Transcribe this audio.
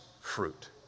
fruit